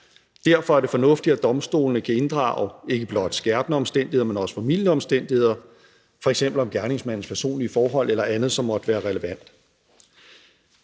Derfor er det fornuftigt, at domstolene kan inddrage ikke blot skærpende omstændigheder, men også formildende omstændigheder, f.eks. i forbindelse med gerningsmandens personlige forhold eller andet, som måtte være relevant.